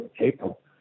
April